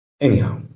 Anyhow